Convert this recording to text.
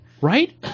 right